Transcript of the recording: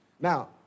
Now